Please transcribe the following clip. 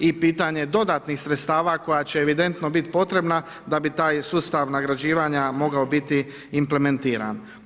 I pitanje dodatnih sredstava koja će evidentno biti potrebna da bi taj sustav nagrađivanja mogao biti implementiran.